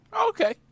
Okay